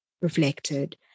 reflected